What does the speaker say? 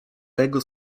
tego